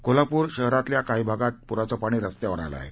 कोल्हापूर शहरातल्या काही भागात पुराचं पाणी रस्त्यावर आलं आहे